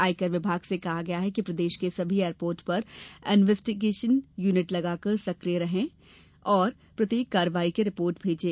आयकर विभाग से कहा गया कि प्रदेश के सभी एयरपोर्ट पर इन्वेस्टिगेशन यूनिट लगातार सक्रिय रहें और प्रत्येक कार्यवाही की रिपोर्ट भेजें